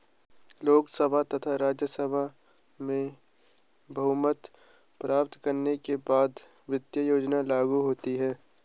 लोकसभा तथा राज्यसभा में बहुमत प्राप्त करने के बाद वित्त योजना लागू होती है